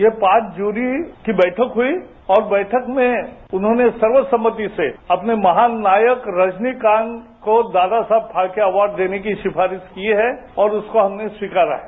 ये पांच जूरी की बैठक हुई और बैठक में उन्होंने सर्व सम्मति से अपने महानायक रजनीकांत को दादा साहब फाल्के अवार्ड देने की सिफारीश की है और उसको हमने स्वीकारा है